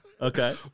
Okay